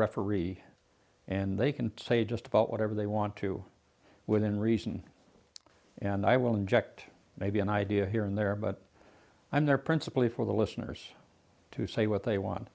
referee and they can say just about whatever they want to within reason and i will inject maybe an idea here and there but i'm there principally for the listeners to say what they want